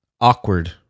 Awkward